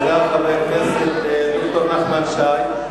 תודה לחבר הכנסת נחמן שי.